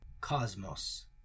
Cosmos